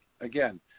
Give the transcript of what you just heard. again